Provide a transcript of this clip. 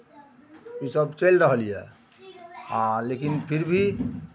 इसभ चलि रहल यए आ लेकिन फिर भी